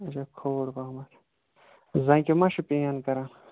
اچھا کھۄوُر پہمتھ زَنگہِ ما چھِ پین کَران